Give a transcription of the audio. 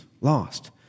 lost